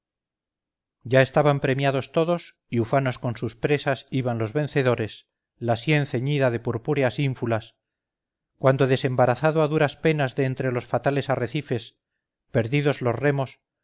ya estaban premiados todos y ufanos con sus presas iban los vencedores la sien ceñida de purpúreas ínfulas cuando desembarazado a duras pena de entre los fatales arrecifes pedidos los remos